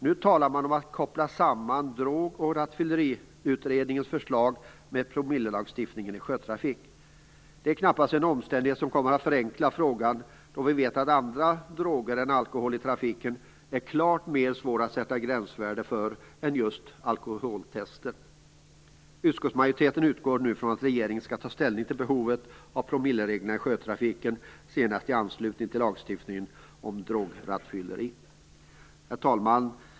Nu talar man om att koppla samman Drograttfylleriutredningens förslag med promillelagstiftningen i sjötrafik. Det är knappast en omständighet som kommer att förenkla frågan, då vi vet att andra droger än alkohol i trafiken är klart svårare att sätta ett gränsvärde för än vad man kan göra med just alkoholtester. Utskottsmajoriteten utgår nu från att regeringen skall ta ställning till behovet av promillereglerna i sjötrafiken senast i anslutning till lagstiftningen om drograttfylleri. Herr talman!